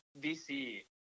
DC